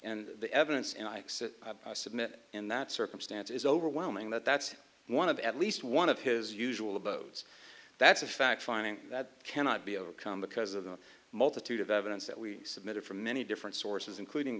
and the evidence and i submit in that circumstance is overwhelming that that's one of at least one of his usual abodes that's a fact finding that cannot be overcome because of the multitude of evidence that we've submitted from many different sources including